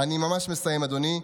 אני ממש מסיים, אדוני.